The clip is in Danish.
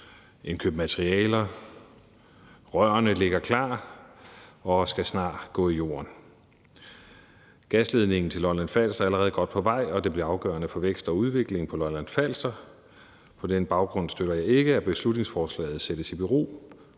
indkøbt, rørene ligger klar og skal snart lægges i jorden. Gasledningen til Lolland-Falster er allerede godt på vej, og den bliver afgørende for vækst og udvikling på Lolland-Falster. På den baggrund støtter jeg ikke, at etableringen af gasledningen sættes i bero,